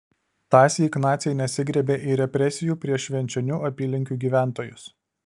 tąsyk naciai nesigriebė ir represijų prieš švenčionių apylinkių gyventojus